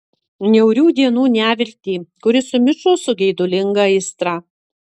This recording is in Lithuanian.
niaurių dienų neviltį kuri sumišo su geidulinga aistra